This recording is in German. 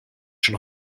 schon